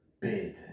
bid